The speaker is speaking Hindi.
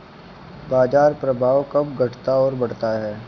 बाजार प्रभाव कब घटता और बढ़ता है?